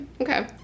Okay